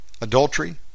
Adultery